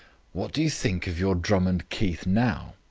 what do you think of your drummond keith now?